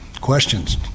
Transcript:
Questions